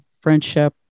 friendship